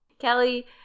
Kelly